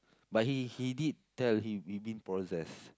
but he he did tell him you been possessed